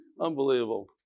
Unbelievable